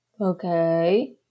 Okay